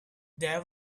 there